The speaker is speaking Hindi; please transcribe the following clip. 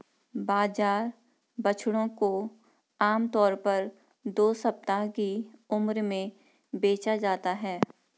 बाजार बछड़ों को आम तौर पर दो सप्ताह की उम्र में बेचा जाता है